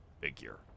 figure